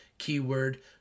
Keyword